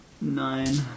nine